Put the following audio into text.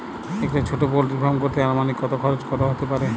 একটা ছোটো poultry farm করতে আনুমানিক কত খরচ কত হতে পারে?